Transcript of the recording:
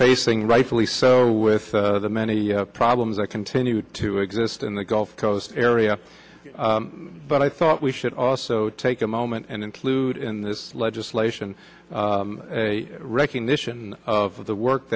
facing rightfully so with the many problems that continue to exist in the gulf coast area but i thought we should also take a moment and include in this legislation a recognition of the work